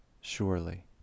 surely